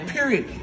Period